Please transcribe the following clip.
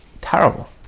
terrible